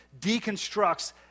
deconstructs